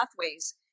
pathways